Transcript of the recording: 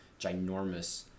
ginormous